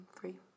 three